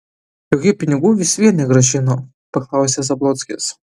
juk ji pinigų vis vien negrąžino paklausė zablockis